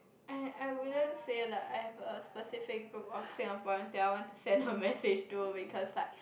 I I wouldn't say like I have a specific group of Singaporeans that I want to send her message to because like